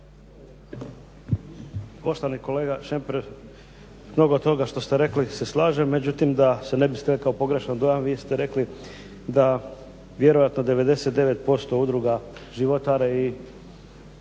Poštovani kolega Šemper, s mnogo toga što ste rekli se slažem, međutim da se ne bi stekao pogrešan dojam vi ste rekli da vjerojatno 99% udruga životari i